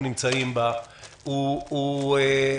זה נושא טעון שנמצא בלב הוויכוח הישראלי כבר די הרבה זמן.